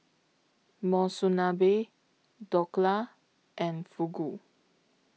Monsunabe Dhokla and Fugu